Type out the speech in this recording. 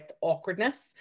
awkwardness